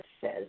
says